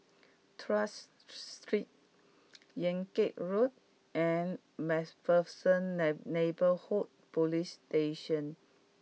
Tuas Street Yan Kit Road and MacPherson nine Neighbourhood Police Station